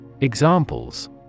Examples